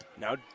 Now